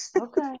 Okay